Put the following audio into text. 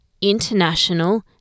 international